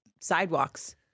sidewalks